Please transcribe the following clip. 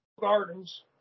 Gardens